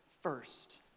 first